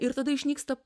ir tada išnyksta